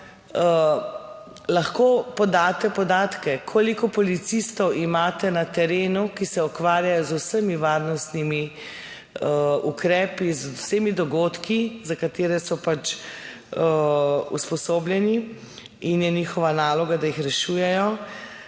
lahko podate podatke, koliko policistov imate na terenu, ki se ukvarjajo z vsemi varnostnimi ukrepi, z vsemi dogodki, za katere so pač usposobljeni in je njihova naloga, da jih rešujejo?